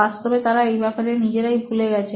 বাস্তবে তারা এই ব্যাপারে নিজেরাই ভুলে গেছেন